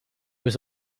was